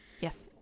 Yes